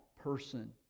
person